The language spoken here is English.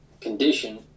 condition